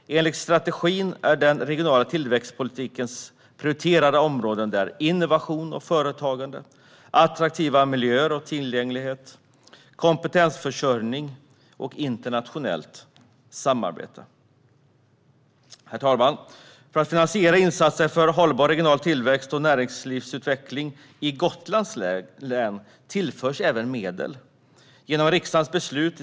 Enligt strategin är den regionala tillväxtpolitikens prioriterade områden innovation och företagande, attraktiva miljöer och tillgänglighet, kompetensförsörjning och internationellt samarbete. Herr talman! För att finansiera insatser för hållbar regional tillväxt och näringslivsutveckling i Gotlands län tillfördes medel genom riksdagens beslut.